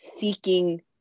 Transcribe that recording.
seeking